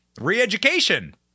Re-education